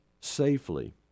safely